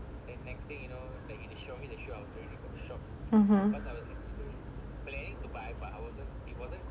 mmhmm